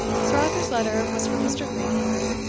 sir arthur's letter was from mr. greenhorn,